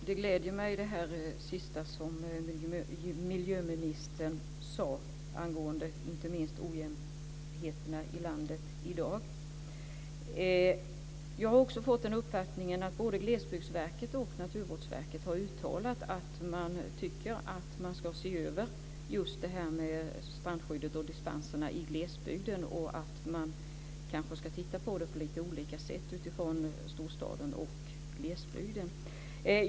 Fru talman! Det sista som miljöministern sade, inte minst angående den ojämna tillämpningen i landet i dag, gläder mig. Jag har också fått uppfattningen att både Glesbygdsverket och Naturvårdsverket har uttalat att man tycker att man ska se över just det här med strandskyddet och dispenserna i glesbygden och att man kanske ska titta på det på lite olika sätt utifrån storstaden och glesbygden.